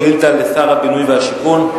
שאילתא לשר הבינוי והשיכון.